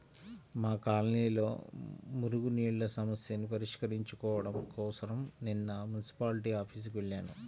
మా కాలనీలో మురుగునీళ్ళ సమస్యని పరిష్కరించుకోడం కోసరం నిన్న మున్సిపాల్టీ ఆఫీసుకి వెళ్లాను